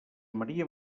maria